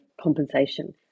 compensation